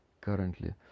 currently